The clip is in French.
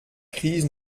crise